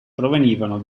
provenivano